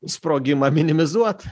sprogimą minimizuot